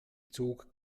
zog